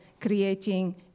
creating